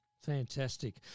Fantastic